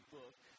book